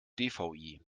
dvi